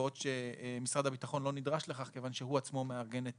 בעוד שמשרד הביטחון לא נדרש לכך כיוון שהוא עצמו מארגן את